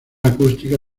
acústica